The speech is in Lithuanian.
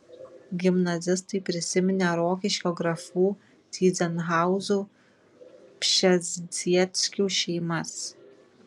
gimnazistai prisiminė rokiškio grafų tyzenhauzų pšezdzieckių šeimas